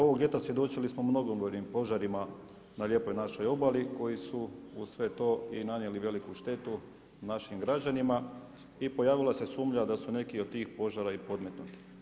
Ovog ljeta svjedočili smo mnogobrojnim požarima na lijepoj našoj obali koji su uz sve to i nanijeli veliku štetu našim građanima i pojavila se sumnja da su neki od tih požara i podmetnuti.